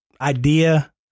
idea